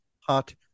hot